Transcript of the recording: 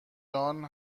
جان